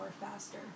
faster